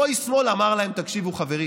אותו איש שמאל אמר להם: תקשיבו, חברים,